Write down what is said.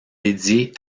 dédiée